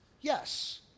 yes